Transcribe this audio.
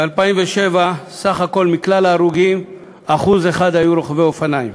ב-2007 1% מכלל ההרוגים היו רוכבי אופניים,